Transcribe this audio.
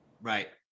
right